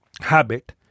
habit